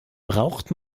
braucht